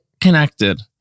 connected